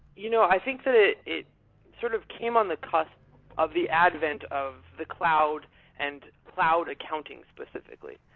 you know i think that it it sort of came on the cusp of the advent of the cloud and cloud accounting specifically.